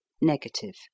negative